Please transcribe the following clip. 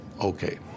okay